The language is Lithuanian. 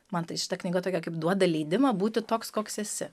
man tai šita knyga tokia kaip duoda leidimą būti toks koks esi